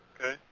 Okay